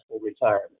retirement